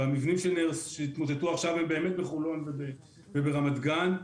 והמבנים שהתמוטטו עכשיו הם באמת בחולון וברמת גן.